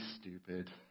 stupid